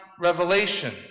revelation